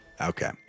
Okay